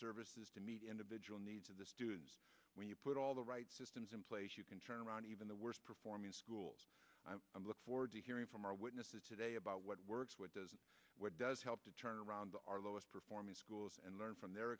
services to meet individual needs of the students when you put all the right systems in place you can turn around even the worst performing schools look forward to hearing from our witnesses today about what works what does what does help to turn around our lowest performing schools and learn from their